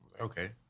Okay